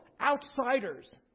outsiders